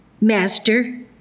Master